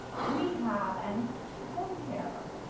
rehab and home care.